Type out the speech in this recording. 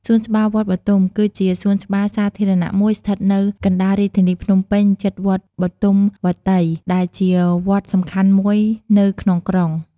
សួនច្បារវត្តបុទុម គឺជាសួនច្បារសាធារណៈមួយស្ថិតនៅកណ្តាលរាជធានីភ្នំពេញ ជិតវត្តបុទុមវត្តី ដែលជាវត្តសំខាន់មួយនៅក្នុងក្រុង។